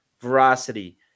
veracity